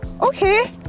Okay